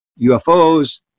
UFOs